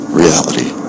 reality